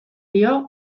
dio